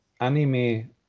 anime